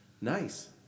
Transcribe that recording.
nice